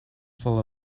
full